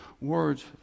words